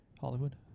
Hollywood